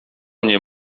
mnie